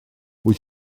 wyt